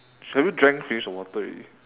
have you drank finish the water already